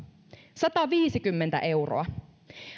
sataviisikymmentä euroa